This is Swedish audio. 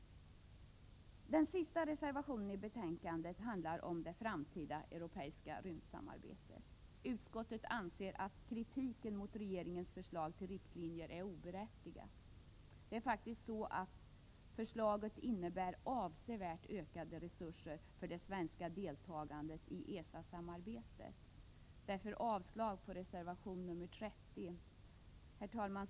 Den sista reservation som är fogad till betänkandet handlar om det I framtida europeiska rymdsamarbetet. Utskottet anser att kritiken mot | regeringens förslag till riktlinjer är oberättigad. Förslaget innebär faktiskt avsevärt ökade resurser för det svenska deltagandet i ESA-samarbetet. Därför yrkas avslag på reservation 30. Herr talman!